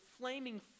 flaming